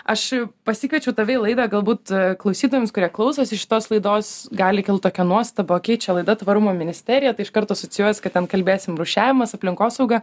aš pasikviečiau tave į laidą galbūt klausytojams kurie klausosi šitos laidos gali kilt tokia nuostaba okei čia laida tvarumo ministerija tai iš karto asocijuojas kad ten kalbėsim rūšiavimas aplinkosauga